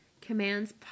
commands